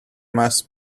must